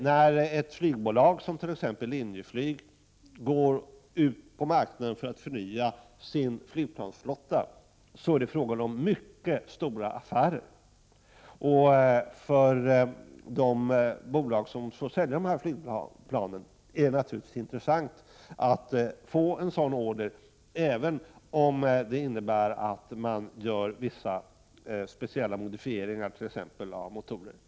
När ett flygbolag, som t.ex. Linjeflyg, går ut på marknaden för att förnya sin flygplansflotta, är det fråga om mycket stora affärer. För de bolag som säljer flygplan är det naturligtvis intressant att få en sådan order, även om det innebär att man får göra vissa speciella modifieringar, t.ex. av motorer.